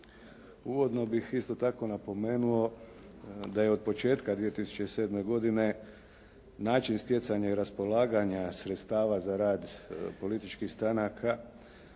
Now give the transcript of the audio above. Uvodno bih isto tako napomenuo da je od početka 2007. godine način stjecanja i raspolaganja sredstava za rad političkih stranaka